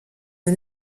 sie